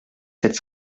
sept